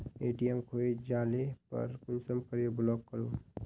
ATM खोये जाले पर कुंसम करे ब्लॉक करूम?